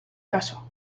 caso